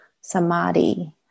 samadhi